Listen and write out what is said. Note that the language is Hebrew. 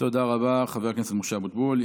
תודה רבה, חבר הכנסת משה אבוטבול.